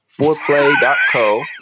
Foreplay.co